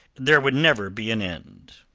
there would never be an end.